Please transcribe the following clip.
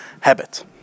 habit